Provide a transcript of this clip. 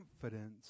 confidence